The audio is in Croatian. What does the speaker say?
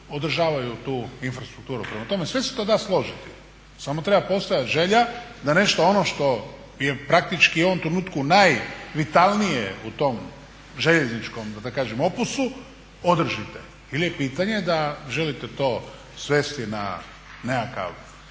održavaju tu infrastrukturu. Prema tome sve se to da složiti samo treba postojati želja da nešto što je praktički u ovom trenutku najvitalnije u tom željezničkom da kažem opusu održite ili je pitanje da želite to svesti na nekakav